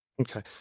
Okay